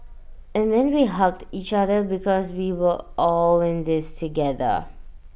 and then we hugged each other because we were all in this together